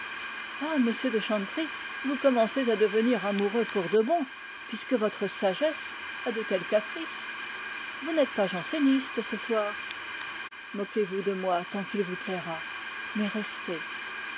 ah monsieur de chanteprie vous commencez à devenir amoureux pour de bon puisque votre sagesse a de tels caprices vous n'êtes pas janséniste ce soir moquez-vous de moi tant qu'il vous plaira mais restez